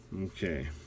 Okay